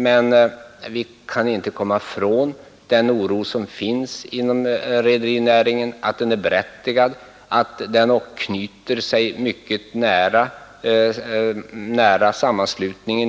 Men vi kan inte komma ifrån att den oro som finns inom rederinäringen är berättigad och att den har nära samband med